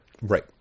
Right